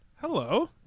hello